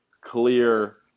clear